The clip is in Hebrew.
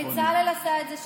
בצלאל עשה את זה.